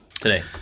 today